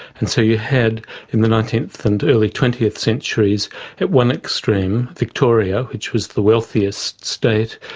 and so you had in the nineteenth and early twentieth centuries at one extreme victoria, which was the wealthiest state,